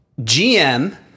GM